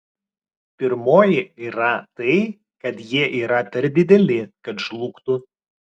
pirmoji yra tai kad jie yra per dideli kad žlugtų